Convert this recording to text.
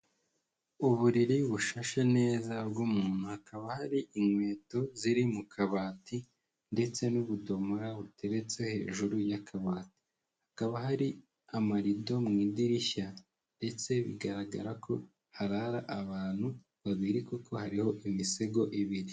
Uburiri bushashe neza bw'umuntu, hakaba hari inkweto ziri mu kabati ndetse n'ubudomora buteretse hejuru y'akabati, hakaba hari amarido mu idirishya ndetse bigaragara ko harara abantu babiri kuko hariho imisego ibiri.